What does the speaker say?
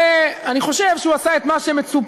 אני חושב שהוא עשה את מה שמצופה.